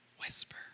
whisper